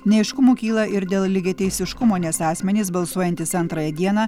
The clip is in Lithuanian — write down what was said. neaiškumų kyla ir dėl lygiateisiškumo nes asmenys balsuojantys antrąją dieną